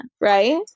right